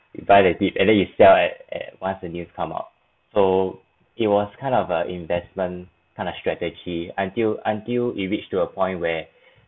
by that bit and then you sell at at once the news come out so it was kind of a investment kind of strategy until until it reach to a point where